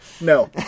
No